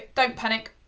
don't panic.